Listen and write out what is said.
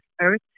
earth